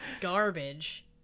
Garbage